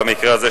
במקרה הזה,